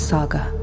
Saga